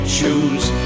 choose